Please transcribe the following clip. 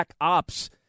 ops